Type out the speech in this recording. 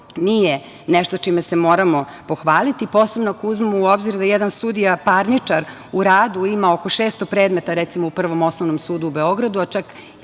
nije nešto čime se moramo pohvaliti, posebno ako uzmemo u obzir da jedan sudija, parničar u radu ima oko 600 predmeta, recimo u Prvom osnovnom sudu u Beogradu, a čak